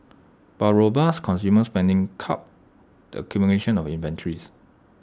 while robust consumer spending curbed the accumulation of inventories